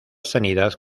sanidad